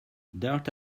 dirt